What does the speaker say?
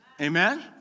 Amen